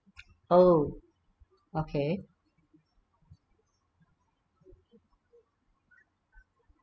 oh okay